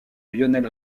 lionel